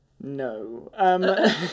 No